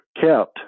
kept